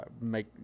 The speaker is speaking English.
make